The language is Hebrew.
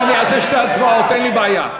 אז אני אעשה שתי הצבעות, אין לי בעיה.